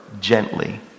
gently